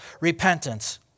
repentance